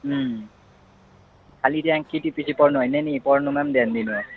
खालि त्यहाँ केटी पछि पर्नु होइन नि पढ्नुमा पनि ध्यान दिनु